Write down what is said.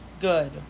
Good